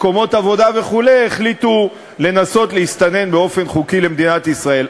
מקומות עבודה וכו' החליטו לנסות להסתנן באופן בלתי חוקי למדינת ישראל.